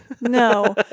No